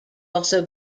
also